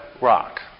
rock